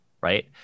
right